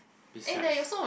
besides